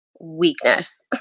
weakness